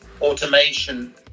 automation